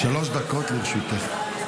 שלוש דקות לרשותך.